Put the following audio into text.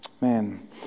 Man